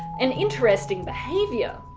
an interesting behaviour.